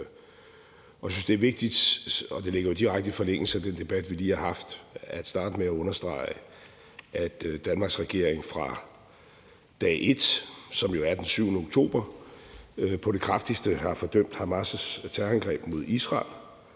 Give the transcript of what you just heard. Jeg synes, det er vigtigt – og det ligger i direkte forlængelse af den debat, vi lige har haft – at starte med at understrege, at Danmarks regering fra dag et, som jo er den 7. oktober, på det kraftigste har fordømt Hamas' terrorangreb mod Israel,